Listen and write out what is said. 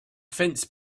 fence